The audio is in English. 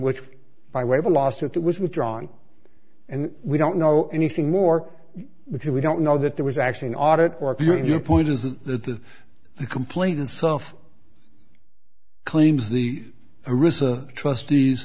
which by way of a lawsuit that was withdrawn and we don't know anything more because we don't know that there was actually an audit or your point is that the the complaining self claims the risk of trustees